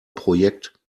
projekt